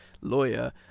lawyer